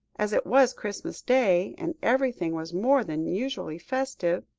as it was christmas day, and everything was more than usually festive,